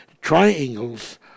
triangles